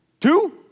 Two